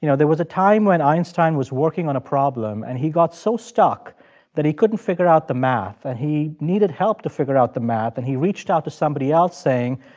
you know there was a time when einstein was working on a problem, and he got so stuck that he couldn't figure out the math. and he needed help to figure out the math, and he reached out to somebody else, saying,